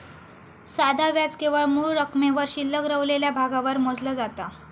साधा व्याज केवळ मूळ रकमेवर शिल्लक रवलेल्या भागावर मोजला जाता